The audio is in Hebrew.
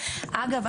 אגב,